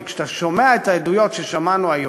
כי כשאתה שומע את העדויות ששמענו היום,